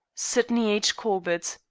sydney h. corbett.